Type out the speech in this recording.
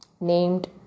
named